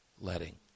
letting